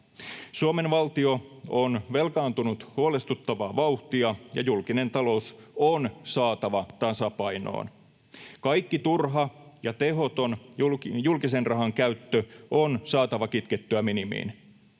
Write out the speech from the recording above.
Suomen valtio on velkaantunut huolestuttavaa vauhtia, ja julkinen talous on saatava tasapainoon. Kaikki turha ja tehoton julkisen rahan käyttö on saatava kitkettyä minimiin.